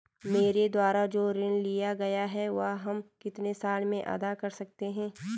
मेरे द्वारा जो ऋण लिया गया है वह हम कितने साल में अदा कर सकते हैं?